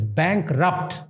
bankrupt